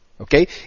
Okay